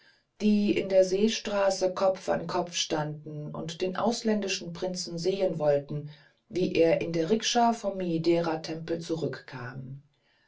die in der seestraße kopf an kopf standen und den ausländischen prinzen sehen wollten wie er in der rikscha vom miideratempel zurückkam